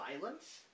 violence